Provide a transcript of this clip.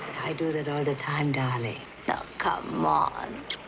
i do that all the time, dahling. now come like